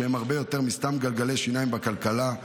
שהם הרבה יותר מסתם גלגלי שיניים בכלכלה,